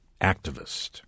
activist